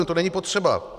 To není potřeba.